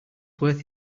worth